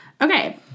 Okay